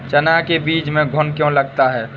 चना के बीज में घुन क्यो लगता है?